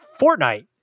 Fortnite